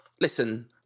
listen